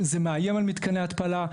זה מאיים על מתקני ההתפלה,